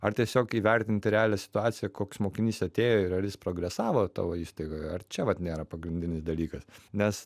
ar tiesiog įvertinti realią situaciją koks mokinys atėjo ir ar jis progresavo tavo įstaigoj ar čia va nėra pagrindinis dalykas nes